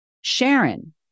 Sharon